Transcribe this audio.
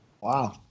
Wow